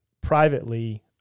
privately